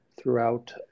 throughout